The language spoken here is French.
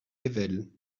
ayvelles